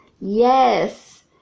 Yes